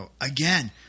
again